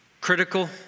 critical